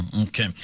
Okay